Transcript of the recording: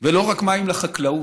ולא רק מים לחקלאות,